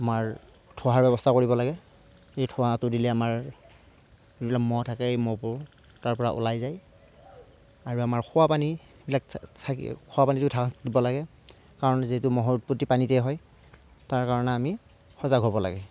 আমাৰ ধোৱাৰ ব্যৱস্থা কৰিব লাগে এই ধোৱাটো দিলে আমাৰ যিবিলাক মহ থাকে সেই মহবোৰ তাৰপৰা ওলাই যায় আৰু আমাৰ খোৱা পানীবিলাক খোৱা পানীটো ঢাকিব লাগে কাৰণ যিহেতু মহৰ উৎপত্তি পানীতে হয় তাৰকাৰণে আমি সজাগ হ'ব লাগে